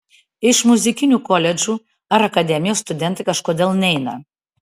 iš muzikinių koledžų ar akademijos studentai kažkodėl neina